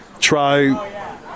try